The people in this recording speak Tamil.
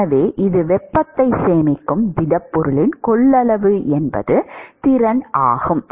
எனவே இது வெப்பத்தை சேமிக்கும் திடப்பொருளின் கொள்ளளவு அல்லது திறன் ஆகும்